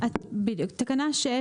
התיקונים.